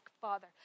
Father